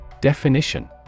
Definition